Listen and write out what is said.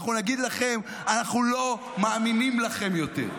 אנחנו נגיד לכם: אנחנו לא מאמינים לכם יותר.